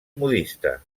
modista